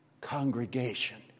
Congregation